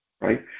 right